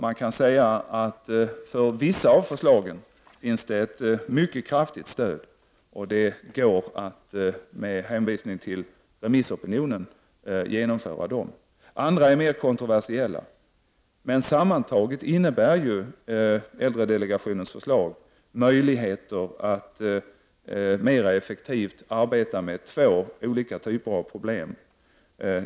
Man kan säga att det för vissa av förslagen finns mycket kraftigt stöd. Med hänvisning till remissopinionen kan man hävda att det går att genomföra dem. Andra förslag är mer kontroversiella, men sammantaget innebär äldredelegationens förslag möjligheter att mer effektivt arbeta med två olika typer av problem.